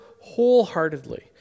wholeheartedly